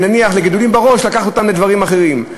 נניח, לגידולים בראש, לקחת אותה לדברים אחרים.